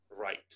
right